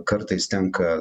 kartais tenka